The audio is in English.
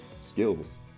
skills